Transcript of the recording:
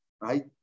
right